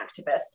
activist